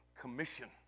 commission